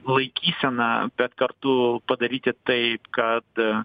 laikyseną bet kartu padaryti taip kad